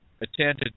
attended